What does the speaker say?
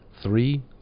Three